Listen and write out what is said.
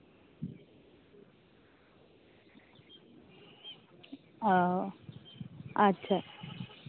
ᱚ ᱟᱪᱪᱷᱟ